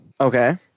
Okay